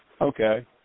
Okay